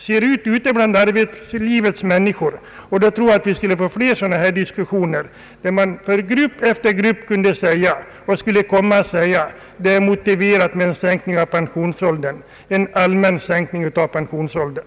Detta skulle med all säkerhet få till resultat att det fördes flera sådana här diskussioner, där det kunde konstateras att det är motiverat med en allmän sänkning av pensionsåldern.